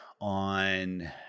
on